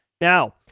now